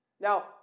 Now